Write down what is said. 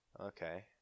Okay